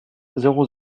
zéro